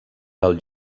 del